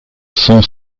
son